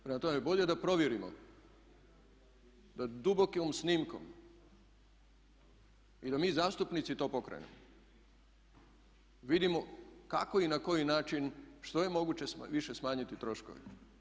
Prema tome, bolje da provjerimo, da dubokom snimkom i da mi zastupnici to pokrenemo, vidimo kako i na koji način što je moguće više smanjiti troškove.